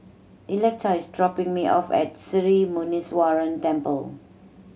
Electa is dropping me off at Sri Muneeswaran Temple